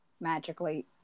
magically